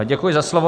Děkuji za slovo.